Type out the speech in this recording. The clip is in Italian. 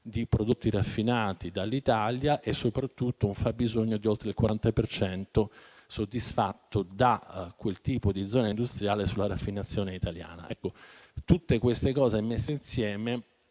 di prodotti raffinati dall'Italia e soprattutto un fabbisogno di oltre il 40 per cento, soddisfatto da quel tipo di zona industriale sulla raffinazione italiana. Tutte queste cose messe insieme